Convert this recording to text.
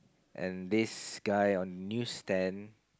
and this guy one newsstand